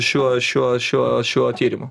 šiuo šiuo šiuo šiuo tyrimu